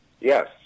Yes